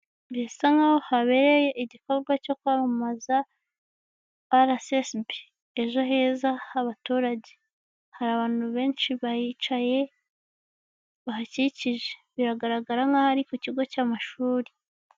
Bisa nkaho habereye igikorwa cyo kwamamaza RSSB ejo heza habaturage. Hari abantu benshi bahicaye, bahakikije biragaragara nkaho ari ku kigo cy'amashuri.